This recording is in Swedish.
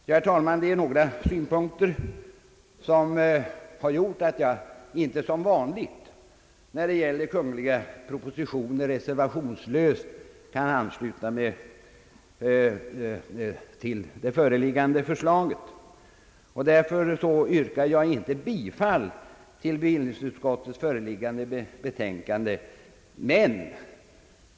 Ja, herr talman, detta är några syn punkter som gjort att jag inte — som vanligt när det gäller kungl. propositioner — kan reservationslöst ansluta mig till det föreliggande förslaget. Därför yrkar jag inte heller bifall till bevillningsutskottets föreliggande betänkande.